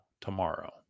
tomorrow